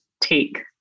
take